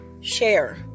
share